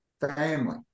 family